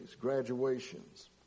graduations